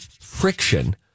friction